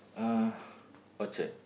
uh orchard